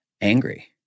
angry